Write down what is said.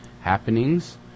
happenings